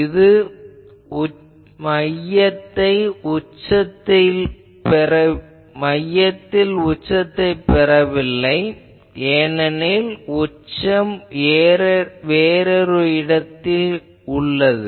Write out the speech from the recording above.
இது மையத்தில் உச்சத்தைப் பெறவில்லை ஏனெனில் உச்சம் வேறிடத்தில் உள்ளது